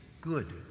good